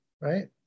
right